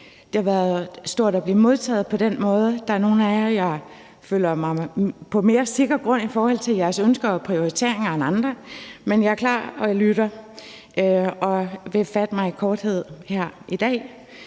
Det har været stort at blive modtaget på den måde. Der er nogle af jer, hvor jeg føler mig på mere sikker grund i forhold til jeres ønsker og prioriteringer end andre, men jeg er klar til at lytte, og jeg vil fatte mig i korthed her i dag